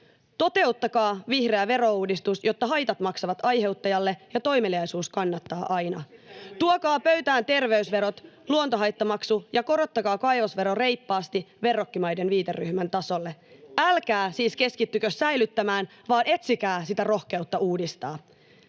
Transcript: Toteuttakaa vihreä verouudistus, jotta haitat maksavat aiheuttajalle ja toimeliaisuus kannattaa aina. [Ben Zyskowicz: Sitähän me juuri tehdään!] Tuokaa pöytään terveysverot, luontohaittamaksu ja korottakaa kaivosvero reippaasti verrokkimaiden viiteryhmän tasolle. [Hannu Hoskosen välihuuto] Älkää siis keskittykö säilyttämään vaan etsikää sitä rohkeutta uudistaa.